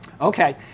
Okay